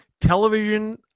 Television